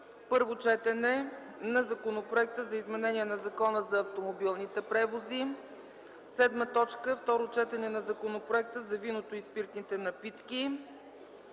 Първо четене на Законопроекта за изменение на Закона за автомобилните превози. 7. Второ четене на Законопроекта за виното и спиртните напитки